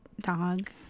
dog